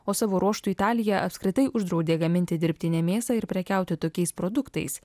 o savo ruožtu italija apskritai uždraudė gaminti dirbtinę mėsą ir prekiauti tokiais produktais